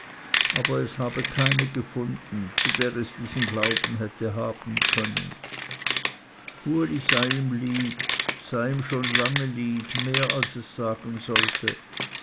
aber es habe keine gefunden zu der es diesen glauben hätte haben können uli sei ihm lieb sei ihm schon lange lieb mehr als es sagen wolle